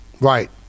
Right